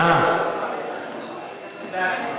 חכה,